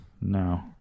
No